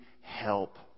help